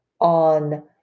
on